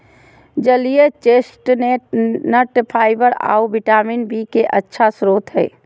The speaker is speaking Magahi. जलीय चेस्टनट फाइबर आऊ विटामिन बी के अच्छा स्रोत हइ